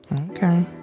okay